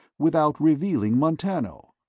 without revealing montano.